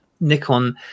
Nikon